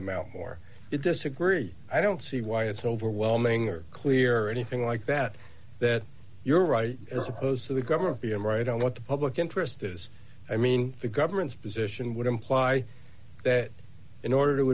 them out more you disagree i don't see why it's overwhelming or clear anything like that that you're right as opposed to the government being right on what the public interest is i mean the government's position would imply that in order to